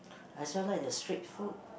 I also like the street food